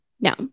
No